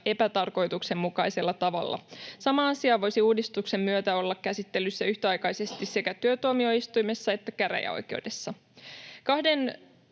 epätarkoituksenmukaisella tavalla. Sama asia voisi uudistuksen myötä olla käsittelyssä yhtäaikaisesti sekä työtuomioistuimessa että käräjäoikeudessa.